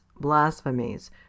blasphemies